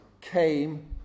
came